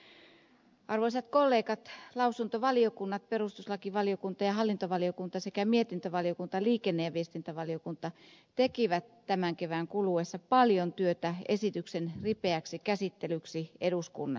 arvoisat kollegat lausuntovaliokunnat perustuslakivaliokunta ja hallintovaliokunta sekä mietintövaliokunta liikenne ja viestintävaliokunta tekivät tämän kevään kuluessa paljon työtä jotta esityksen käsittely olisi ripeää eduskunnassa